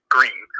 Green